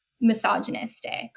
misogynistic